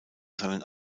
seinen